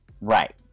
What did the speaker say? Right